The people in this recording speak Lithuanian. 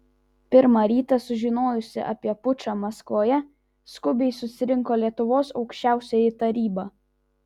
pirmą rytą sužinojusi apie pučą maskvoje skubiai susirinko lietuvos aukščiausioji taryba